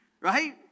Right